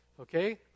Okay